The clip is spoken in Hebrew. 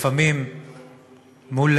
לפעמים מול